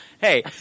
Hey